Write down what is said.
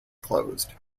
closed